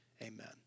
amen